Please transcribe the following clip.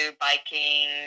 biking